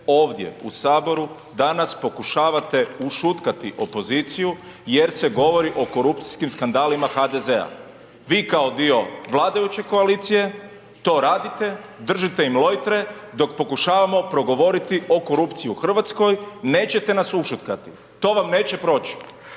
ovdje u Saboru danas pokušavate ušutkati opoziciju jer se govori o korupcijskim skandalima HDZ-a. Vi kao dio vladajuće koalicije to radite, držite im lojtre dok pokušavamo progovoriti o korupciji u Hrvatskoj. Nećete nas ušutkati. To vam neće proći.